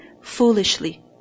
foolishly